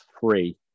free